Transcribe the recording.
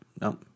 No